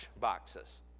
boxes